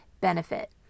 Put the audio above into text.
benefit